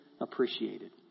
appreciated